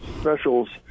specials